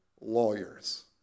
lawyers